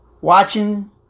watching